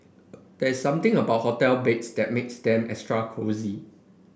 there's something about hotel beds that makes them extra cosy